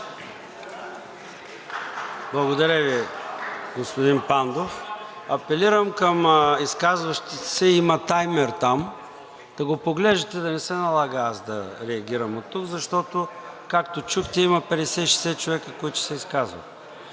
Благодаря Ви, господин Пандов. Апелирам към изказващите се – има таймер там. До го поглеждате, да не се налага да реагирам оттук, защото, както чухте, има 50 – 60 човека, които ще се изказват.